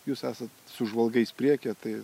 jūs esat su žvalgais priekyje tai